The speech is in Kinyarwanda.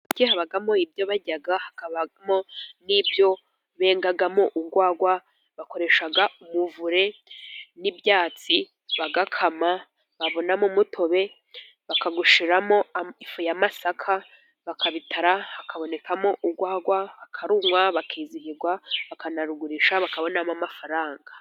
Ibitoke habamo ibyo barya, hakabamo n'ibyo bengamo urwagwa, bakoresha umuvure n'ibyatsi bagakama babonamo umutobe bakawushyiramo ifu y'amasaka bakabitara, hakabonekamo urwagwa bakarunywa bakizihirwa, bakanarugurisha bakabonamo amafaranga.